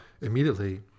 Immediately